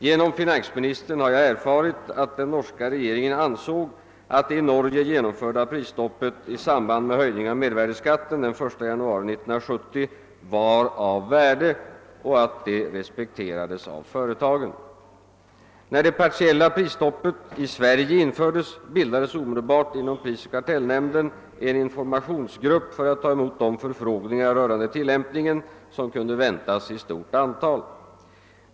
Genom finansministern har jag erfarit, att den norska regeringen ansåg att det i Norge genomförda prisstoppet i samband med höjning av mervärdeskatten den 1 januari 1970 var av värde och att det respekterades av företagen. När det partiella prisstoppet i Sverige infördes bildades omedelbart inom prisoch kartellnämnden en informationsgrupp för att ta emot de förfrågningar rörande tillämpningen som kunde väntas i stort antal.